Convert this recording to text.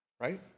Right